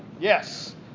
Yes